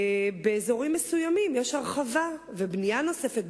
באזורים מסוימים יש הרחבה ובנייה נוספת,